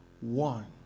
one